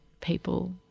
people